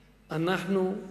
אנחנו,